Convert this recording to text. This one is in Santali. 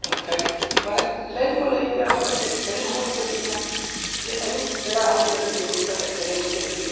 ᱚᱱᱠᱟᱜᱮ ᱢᱟᱱᱮ ᱞᱟᱹᱭ ᱫᱚᱵᱚᱱ ᱞᱟᱹᱭ ᱤᱫᱤ ᱟᱠᱚᱣᱟ ᱡᱮ ᱥᱮᱨᱮᱧ ᱫᱚᱵᱚᱱ ᱪᱮᱫ ᱤᱫᱤᱭᱟ ᱡᱮ ᱟᱹᱭᱩᱵ ᱵᱮᱲᱟ ᱦᱚᱸ ᱢᱤᱫ ᱰᱚᱰᱮᱠ ᱫᱩᱲᱩᱵ ᱠᱟᱛᱮᱫ ᱥᱮᱨᱮᱧ ᱪᱮᱫ ᱦᱩᱭᱩᱜᱼᱟ